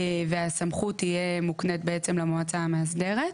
והסמכות תהיה מוקנת בעצם למועצה המאסדרת.